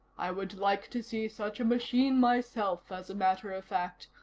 i would like to see such a machine myself, as a matter of fact.